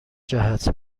جهت